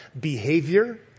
behavior